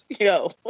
yo